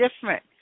different